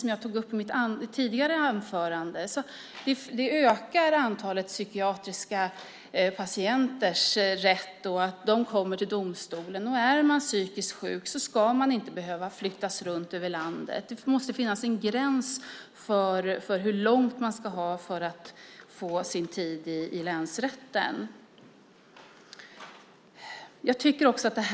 Som jag tog upp i mitt tidigare anförande ökar antalet fall där patienter vid psykiatrisk vård har rätt att komma till domstolen. Är man psykiskt sjuk ska man inte behöva flyttas runt över landet. Det måste finnas en gräns för hur långt man ska ha för att få sin tid i länsrätten.